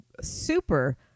super